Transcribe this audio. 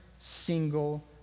single